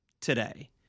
today